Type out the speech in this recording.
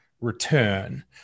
return